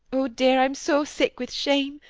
oh, dear! i am so sick with shame!